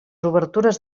obertures